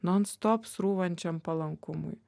non stop srūvančiam palankumui